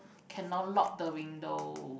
cannot locked the window